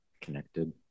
connected